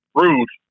rude